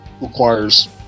requires